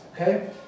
okay